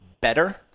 better